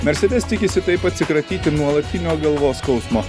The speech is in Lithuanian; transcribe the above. mercedes tikisi taip atsikratyti nuolatinio galvos skausmo